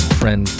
friend